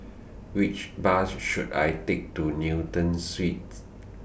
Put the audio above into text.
Which Bus should I Take to Newton Suites